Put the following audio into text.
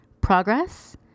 Progress